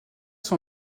son